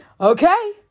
Okay